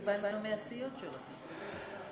קיבלנו מהסיעות שלכם.